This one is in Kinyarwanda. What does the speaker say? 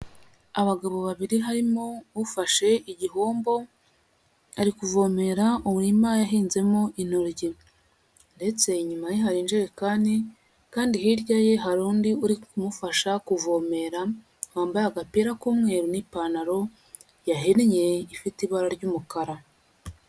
Abagabo babiri harimo ufashe igihombo, ari kuvomera umurima yahinzemo intoryi, ndetse inyuma ye hari injerekani, kandi hirya ye hari undi uri kumufasha kuvomera, wambaye agapira k'umweru, n'ipantaro yahennye ifite ibara ry'umukara.